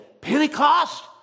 Pentecost